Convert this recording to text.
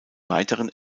weiteren